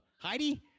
Heidi